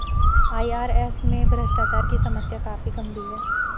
IRS में भ्रष्टाचार की समस्या काफी गंभीर है